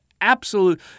absolute